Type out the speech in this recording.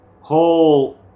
whole